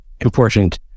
Important